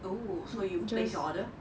oh so you place your order